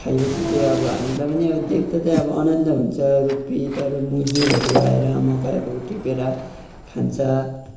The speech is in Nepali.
खाएपछि त्यो अब हामीलाई पनि अब देख्दा चाहिँ आनन्द हुन्छ रुपी त्यहाँबाट मजुरहरू आएर मकैहरू टिपेर खान्छ